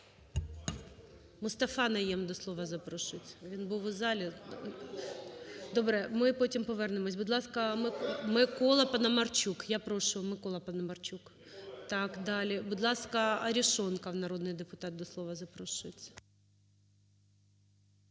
Мустафа Найєм до слова запрошується. Він був у залі. Добре. Ми потім повернемось. Будь ласка, Микола Паламарчук. Я прошу, Микола Паламарчук. Так, далі. Будь ласка, Арешонков народний депутат до слова запрошується.